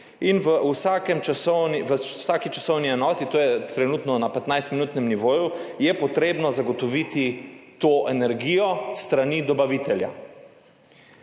po neki krivulji in v vsaki časovni enoti, to je trenutno na 15-minutnem nivoju, je treba zagotoviti to energijo s strani dobavitelja.